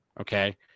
Okay